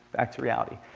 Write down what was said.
to reality.